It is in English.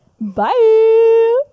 bye